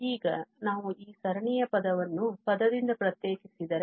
ಈಗ ನಾವು ಈ ಸರಣಿಯ ಪದವನ್ನು ಪದದಿಂದ ಪ್ರತ್ಯೇಕಿಸಿದರೆ